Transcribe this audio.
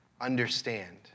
understand